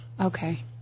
Okay